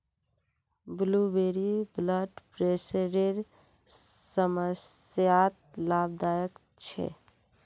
blueberry blood प्रेशरेर समस्यात लाभदायक छे